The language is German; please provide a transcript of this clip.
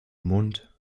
mund